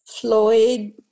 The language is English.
Floyd